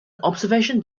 observation